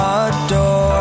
adore